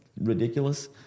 ridiculous